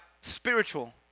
spiritual